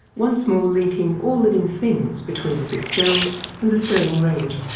once more linking all living things between the fitzgeralds and the stirling range,